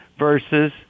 Versus